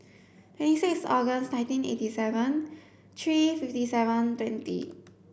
twenty six August nineteen eighty seven three fifty seven twenty